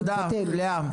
תודה, לאה.